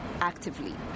actively